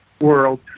world